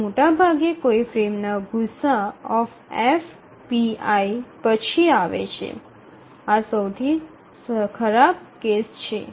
તે મોટાભાગે કોઈ ફ્રેમના ગુસાઅF pi પછી આવે છે આ સૌથી ખરાબ કેસ છે